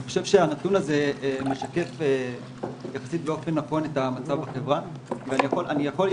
אני חושב שהנתון הזה משקף יחסית לא הכי נכון את המצב בחברה ואני יכול,